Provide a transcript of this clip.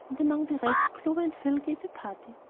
and among the rest, clover and phil gave party.